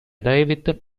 david